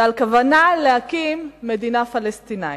ועל כוונה להקים מדינה פלסטינית.